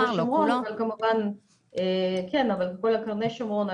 כן אבל כל היישובים כמו קרני שומרון,